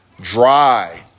dry